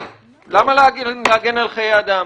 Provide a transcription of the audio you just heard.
למה להגן על חיי אדם?